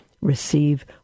receive